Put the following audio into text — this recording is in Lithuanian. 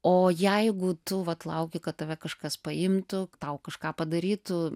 o jeigu tu vat lauki kad tave kažkas paimtų tau kažką padarytų